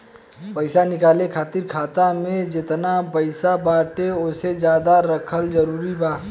पईसा निकाले खातिर खाता मे जेतना पईसा बाटे ओसे ज्यादा रखल जरूरी बा?